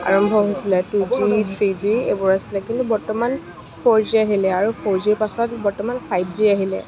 আৰম্ভ হৈছিলে two G three G এইবোৰ আছিলে কিন্তু বৰ্তমান ফ'ৰ জি আহিলে আৰু ফ'ৰ জিৰ পাছত বৰ্তমান ফাইভ জি আহিলে